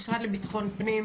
המשרד לביטחון פנים,